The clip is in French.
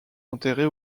enterrée